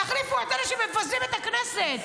תחליפו את אלה שמבזים את הכנסת.